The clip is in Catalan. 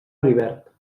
rivert